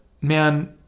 man—